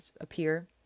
appear